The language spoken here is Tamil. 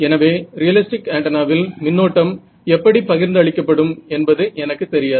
எனவே ரியலிஸ்டிக் ஆண்டென்னாவில் மின்னோட்டம் எப்படிப் பகிர்ந்து அளிக்கப்படும் என்பது எனக்கு தெரியாது